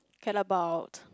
care about